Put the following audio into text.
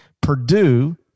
Purdue